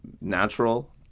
natural